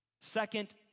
second